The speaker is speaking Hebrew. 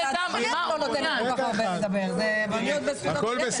זה הכול.